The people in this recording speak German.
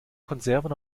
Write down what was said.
konserven